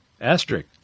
asterisk